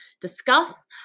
discuss